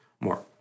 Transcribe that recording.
more